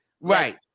Right